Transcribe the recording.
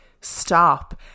stop